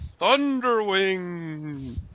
Thunderwing